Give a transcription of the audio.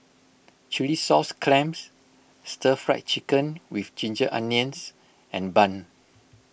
Chilli Sauce Clams Stir Fry Chicken with Ginger Onions and Bun